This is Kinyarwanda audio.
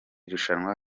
rushanwa